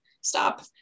stop